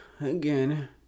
again